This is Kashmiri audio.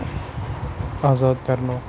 آزاد کَرنوو